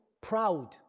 proud